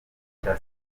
icya